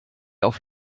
auf